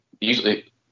usually